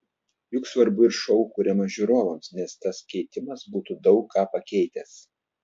juk svarbu ir šou kuriamas žiūrovams nes tas keitimas būtų daug ką pakeitęs